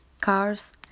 cars